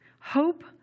hope